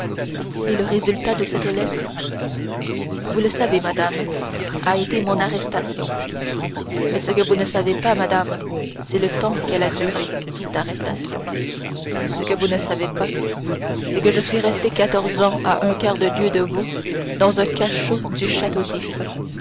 et le résultat de cette lettre vous le savez madame a été mon arrestation mais ce que vous ne savez pas madame c'est le temps qu'elle a duré cette arrestation ce que vous ne savez pas c'est que je suis resté quatorze ans à un quart de lieue de vous dans un cachot du château